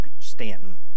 Stanton